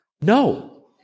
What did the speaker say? No